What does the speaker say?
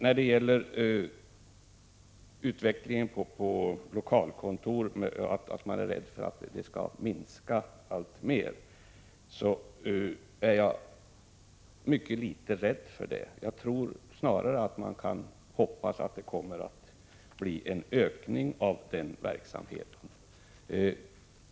När det gäller utvecklingen ute på lokalkontoren och rädslan där för att verksamheten skall minska alltmer vill jag säga att jag känner mycket litet rädsla i det avseendet. Snarare tror jag att man kan hoppas på en utökning av verksamheten.